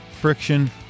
friction